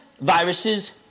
viruses